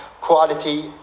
quality